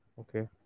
Okay